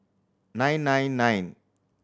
nine nine nine